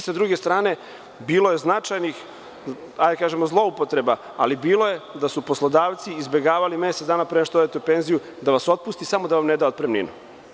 Sa druge strane, bilo je značajnih da kažemo zloupotreba, ali bilo je da su poslodavci izbegavali mesec dana pre nego što odete u penziju da vas otpusti, samo da vam ne da otpremninu.